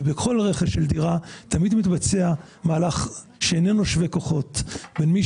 ובכל רכש של דירה תמיד מתבצע מהלך שאיננו שווה כוחות בין מי